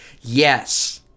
Yes